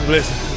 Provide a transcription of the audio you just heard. Listen